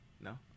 No